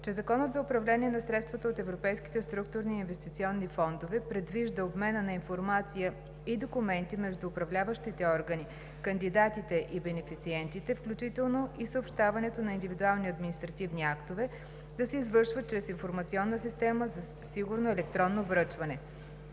че Законът за управление на средствата от Европейските структурни и инвестиционни фондове предвижда обмена на информация и документи между управляващите органи, кандидатите и бенефициентите, включително и съобщаването на индивидуални административни актове, да се извършва чрез информационна система за сигурно електронно връчване.